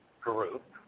group